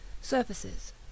Surfaces